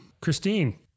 christine